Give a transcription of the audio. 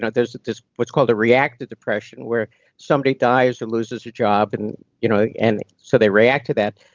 but there's there's what's called a reacted depression, where somebody dies or loses a job and you know and so they react to that.